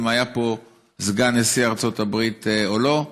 אם היה פה סגן נשיא ארצות הברית או לא.